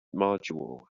module